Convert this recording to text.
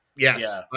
Yes